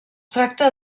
tracta